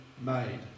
made